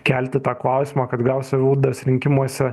kelti tą klausimą kad gal savivaldos rinkimuose